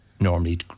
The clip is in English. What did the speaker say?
normally